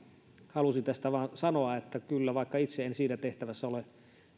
halusin tästä vain sanoa että vaikka itse en siinä tehtävässä ole